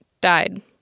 died